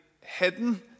hidden